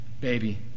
Baby